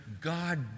God